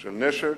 של נשק,